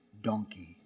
donkey